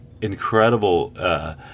incredible